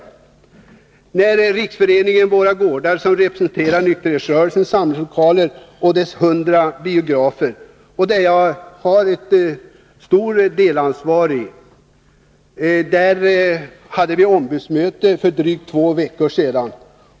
Inom Riksföreningen Våra gårdar, som representerar nykterhetsrörelsens samlingslokaler och denna rörelses hundra biografer, där jag har ett betydande delansvar, hade vi ombudsmöte för drygt två veckor sedan.